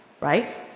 right